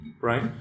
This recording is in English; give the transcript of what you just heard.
right